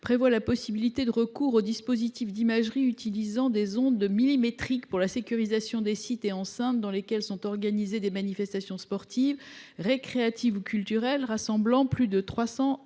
intérieure autorise le recours aux dispositifs d’imagerie utilisant des ondes millimétriques pour la sécurisation des sites et enceintes dans lesquels sont organisées des manifestations sportives, récréatives ou culturelles rassemblant plus de 300